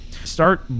Start